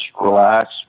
relax